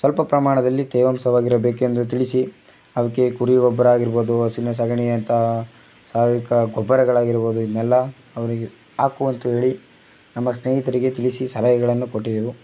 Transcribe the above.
ಸ್ವಲ್ಪ ಪ್ರಮಾಣದಲ್ಲಿ ತೇವಾಂಶವಾಗಿರಬೇಕೆಂದು ತಿಳಿಸಿ ಅವುಕ್ಕೆ ಕುರಿ ಗೊಬ್ಬರ ಆಗಿರ್ಬೋದು ಹಸುವಿನ ಸಗಣಿ ಅಂತಹ ಸಾವಯುವಿಕ ಗೊಬ್ಬರಗಳಾಗಿರ್ಬೋದು ಇದನ್ನೆಲ್ಲ ಅವನಿಗೆ ಹಾಕು ಅಂಥೇಳಿ ನಮ್ಮ ಸ್ನೇಹಿತರಿಗೆ ತಿಳಿಸಿ ಸಲಹೆಗಳನ್ನು ಕೊಟ್ಟಿದ್ದೆವು